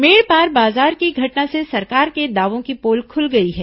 मेड़पार बाजार की घटना से सरकार के दावों की पोल खुल गई है